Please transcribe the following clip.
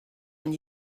and